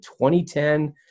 2010